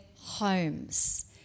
homes